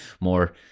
more